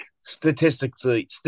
Statistically